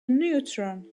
neutron